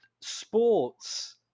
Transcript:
sports